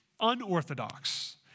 unorthodox